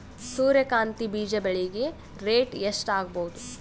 ಸೂರ್ಯ ಕಾಂತಿ ಬೀಜ ಬೆಳಿಗೆ ರೇಟ್ ಎಷ್ಟ ಆಗಬಹುದು?